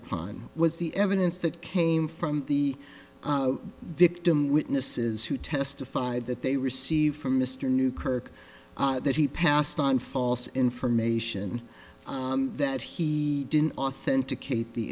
upon was the evidence that came from the victim witnesses who testified that they received from mr new kirk that he passed on false information that he didn't authenticate the